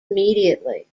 immediately